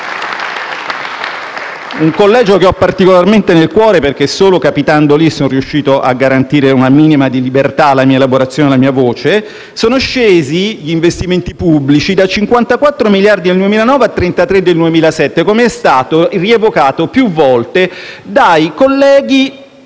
un collegio che ho particolarmente nel cuore perché solo capitando lì sono riuscito a garantire una minima libertà alla mia elaborazione e alla mia voce - è che gli investimenti pubblici sono scesi da 54 miliardi al 2009 a 33 miliardi del 2017, come è stato rievocato più volte dai colleghi